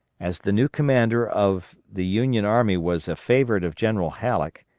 as the new commander of the union army was a favorite of general halleck,